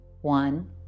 One